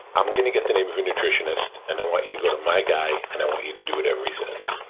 i'm gonna get the name of a nutritionist, and i want you to go to my guy, and i want you to do whatever he says.